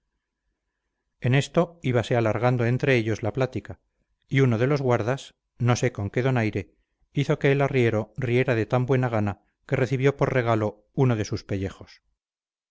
en esto íbase alargando entre ellos la plática y uno de los guardas no sé con qué donaire hizo que el arriero riera de tan buena gana que recibió por regalo uno de sus pellejos